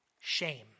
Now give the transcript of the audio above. Shame